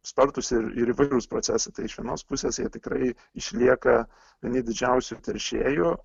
spartūs ir ir įvairūs procesai tai iš vienos pusės jie tikrai išlieka vieni didžiausių teršėjų